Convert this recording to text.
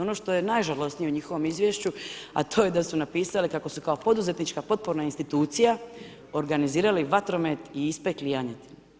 Ono što je najžalosnije u njihovom izvješću, a to je da su napisali kako su kao poduzetnička potporna institucija organizirali vatromet i ispekli janjetinu.